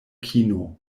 kino